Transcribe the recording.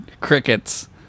Crickets